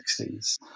1960s